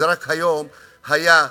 רק היום היה,